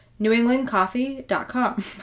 newenglandcoffee.com